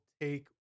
take